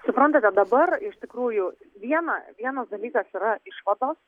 suprantate dabar iš tikrųjų viena vienas dalykas yra išvados